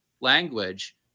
language